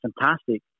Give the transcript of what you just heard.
fantastic